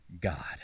God